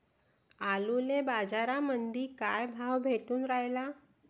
आलूले बाजारामंदी काय भाव भेटून रायला?